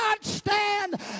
stand